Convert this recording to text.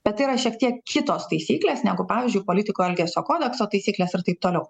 bet yra šiek tiek kitos taisyklės negu pavyzdžiui politikų elgesio kodekso taisyklės ir taip toliau